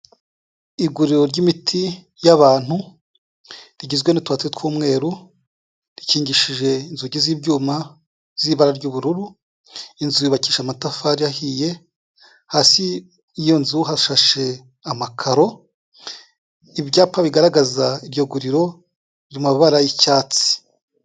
Iguriro ry'imiti y'abantu rigizwe n'utubati tw'umweru, rikingishije inzugi z'ibyuma z'ibara ry'ubururu, inzu yubakishije amatafari ahiye, hasi y'iyo nzu hashashe amakaro, ibyapa bigaragaza iryo riri mu mabara y'icyatsi.